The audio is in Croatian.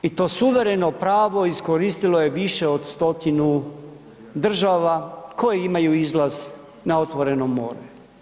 I to suvereno pravo iskoristilo je više od stotinu država koje imaju izlaz na otvoreno more.